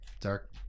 Dark